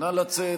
נא לצאת.